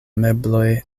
mebloj